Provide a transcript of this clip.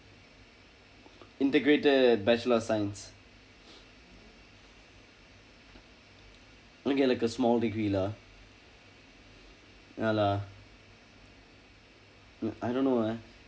integrate their bachelor science we get like a small degree lah ya lah I don't know ah